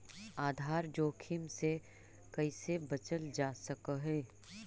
आधार जोखिम से कइसे बचल जा सकऽ हइ?